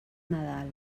nadal